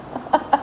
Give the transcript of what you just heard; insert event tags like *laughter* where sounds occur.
*laughs*